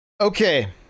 Okay